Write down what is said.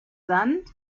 sand